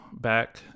back